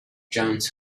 jones